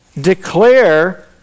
Declare